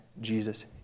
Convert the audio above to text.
Jesus